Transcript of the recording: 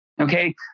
okay